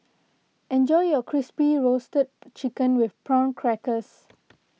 enjoy your Crispy Roasted Chicken with Prawn Crackers